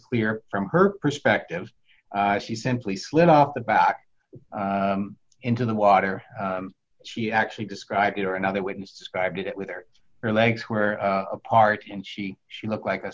clear from her perspective she simply slid off the back into the water she actually described it or another witness described it with her her legs were apart and she she looked like a